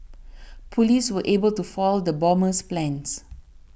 police were able to foil the bomber's plans